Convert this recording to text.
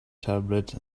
tablet